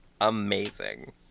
amazing